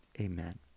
amen